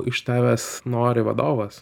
iš tavęs nori vadovas